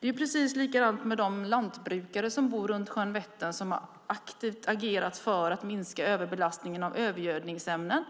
Det är precis likadant med de lantbrukare som bor runt sjön Vättern och som aktivt har agerat för att minska belastningen av övergödningsämnen.